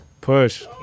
Push